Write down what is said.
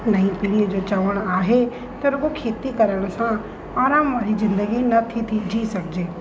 नईं पीढ़ीअ जो चवणु आहे त रुॻो खेती करण सां आराम वारी ज़िंदगी न थी थी जी सघिजे